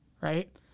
right